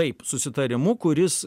taip susitarimu kuris